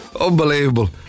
Unbelievable